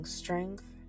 strength